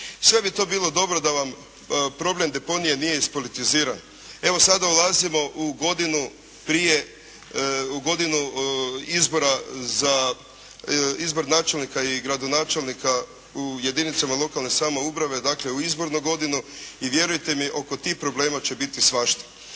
Sve bi to bilo dobro da vam problem deponija nije ispolitiziran. Evo sada ulazimo u godinu izbora za načelnika i gradonačelnika u jedinicama lokalne samouprave dakle u izbornu godinu i vjerujte mi, oko tih problema će biti svašta.